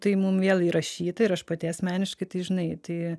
tai mum vėl įrašyta ir aš pati asmeniškai tai žinai tai